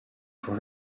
for